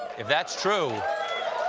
if that's true,